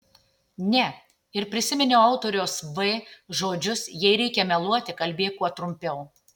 ne ir prisiminiau autoriaus v žodžius jei reikia meluoti kalbėk kuo trumpiau